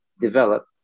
develop